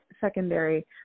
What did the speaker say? secondary